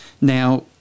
Now